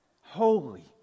Holy